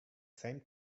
same